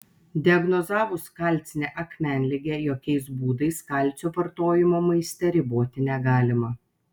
diagnozavus kalcinę akmenligę jokiais būdais kalcio vartojimo maiste riboti negalima